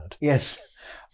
Yes